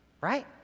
Right